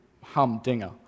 humdinger